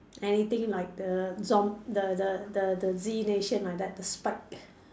anything like the zom~ the the the the Z nation like that the spike